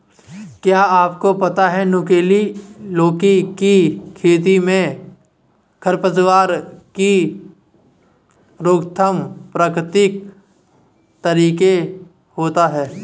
क्या आपको पता है नुकीली लौकी की खेती में खरपतवार की रोकथाम प्रकृतिक तरीके होता है?